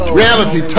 reality